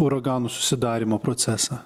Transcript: uraganų susidarymo procesą